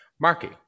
marky